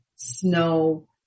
snow